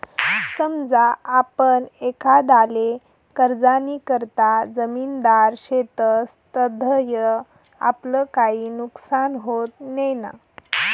समजा आपण एखांदाले कर्जनीकरता जामिनदार शेतस तधय आपलं काई नुकसान व्हत नैना?